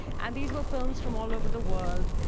and these were films from all over the world.